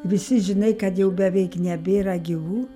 visi žinai kad jau beveik nebėra gyvų